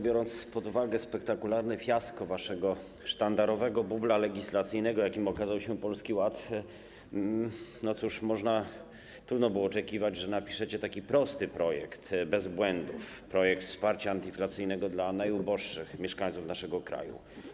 Biorąc pod uwagę spektakularne fiasko waszego sztandarowego bubla legislacyjnego, jakim okazał się Polski Ład, trudno było oczekiwać, że napiszecie taki prosty projekt bez błędów - projekt wsparcia antyinflacyjnego dla najuboższych mieszkańców naszego kraju.